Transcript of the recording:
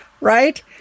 right